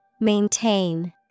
Maintain